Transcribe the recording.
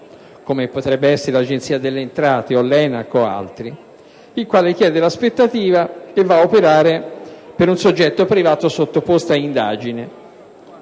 come potrebbe essere l'Agenzia delle entrate o l'ENAC, il quale chieda l'aspettativa e vada ad operare per un soggetto privato sottoposto ad indagine.